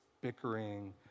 bickering